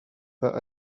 pas